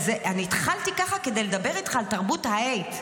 התחלתי כך כדי לדבר איתך על תרבות ה-hate.